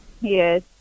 Yes